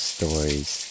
Stories